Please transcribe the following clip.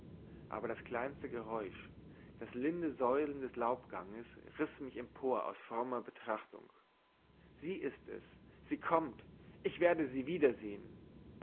aber das kleinste geräusch das linde säuseln des laubganges riß mich empor aus frommer betrachtung sie ist es sie kommt ich werde sie wiedersehen